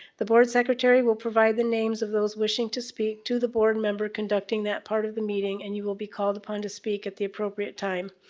the board secretary will provide the names of those wishing to speak to the board member conducting that part of the meeting and you will be called upon to speak at the appropriate time.